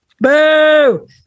Boo